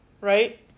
right